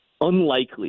unlikely